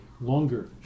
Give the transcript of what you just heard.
longer